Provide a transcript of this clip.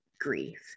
grief